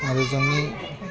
आरो जोंनि